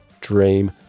dream